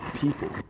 people